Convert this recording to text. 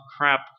crap